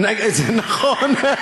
זה נכון.